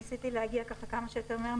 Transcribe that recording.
יש משהו שעבר בהוראת שעה,